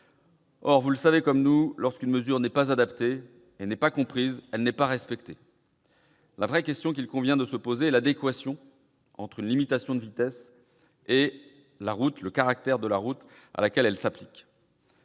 Or, vous le savez comme nous, lorsqu'une mesure n'est pas adaptée et n'est pas comprise, elle n'est pas respectée. La véritable question qu'il convient de se poser est celle de l'adéquation entre une limitation de vitesse et la route à laquelle elle s'applique.